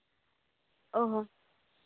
ᱚ ᱦᱚᱸ